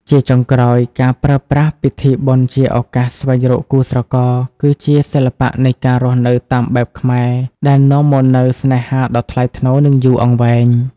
ជាចុងក្រោយ ការប្រើប្រាស់ពិធីបុណ្យជាឱកាសស្វែងរកគូស្រករ គឺជាសិល្បៈនៃការរស់នៅតាមបែបខ្មែរ ដែលនាំមកនូវស្នេហាដ៏ថ្លៃថ្នូរ និងយូរអង្វែង។